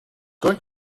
going